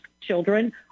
children